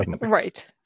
Right